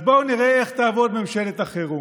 אז בואו נראה איך תעבוד ממשלת החירום.